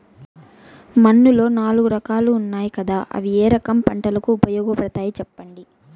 మన్నులో నాలుగు రకాలు ఉన్నాయి కదా అవి ఏ రకం పంటలకు ఉపయోగపడతాయి చెప్పండి?